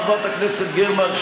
חברת הכנסת גרמן,